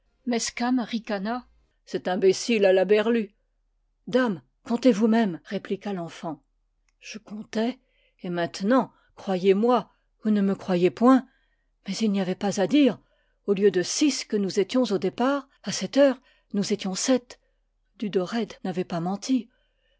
ricana cet imbécile a la berlue dam comptez vous-même répliqua l'enfant je comptai et maintenant croyez-moi ou ne me croyez point mais il n'y avait pas à dire au lieu de six que nous étions au départ à cette heure nous étions sept dudored n'avait pas menti